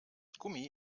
gummi